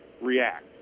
react